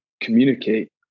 communicate